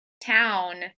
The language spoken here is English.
town